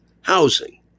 housing